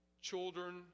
Children